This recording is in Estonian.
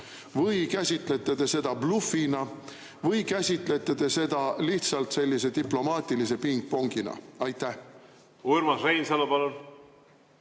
või käsitlete te seda blufina või käsitlete te seda lihtsalt sellise diplomaatilise pingpongina? Aitäh, härra Riigikogu